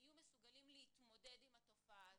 יהיו מסוגלים להתמודד עם התופעה הזו.